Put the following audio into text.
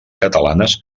catalanes